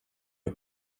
die